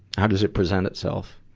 how does it present itself?